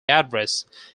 addressed